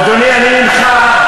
אדוני, אני ממך,